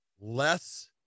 less